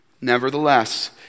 Nevertheless